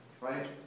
right